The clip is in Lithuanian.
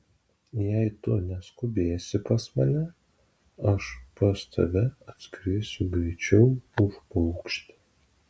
jei tu neskubėsi pas mane aš pas tave atskrisiu greičiau už paukštį